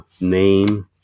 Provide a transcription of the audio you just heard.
name